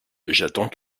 j’attends